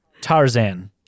Tarzan